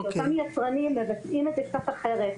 שאותם יצרנים מבצעים את זה קצת אחרת.